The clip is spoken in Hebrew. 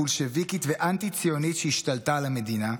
בולשביקית ואנטי-ציונית שהשתלטה על המדינה,